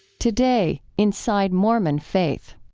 today, inside mormon faith.